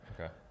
Okay